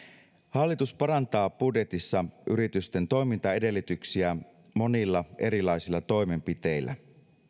hallitus parantaa budjetissa yritysten toimintaedellytyksiä monilla erilaisilla toimenpiteillä